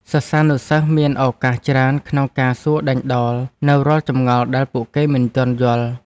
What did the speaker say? សិស្សានុសិស្សមានឱកាសច្រើនក្នុងការសួរដេញដោលនូវរាល់ចម្ងល់ដែលពួកគេមិនទាន់យល់។